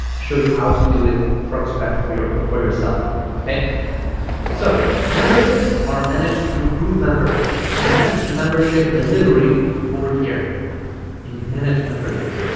show you how to do it from scratch for your for yourself okay so memberships are managed through groovemember we manage the membership delivery over here in manage memberships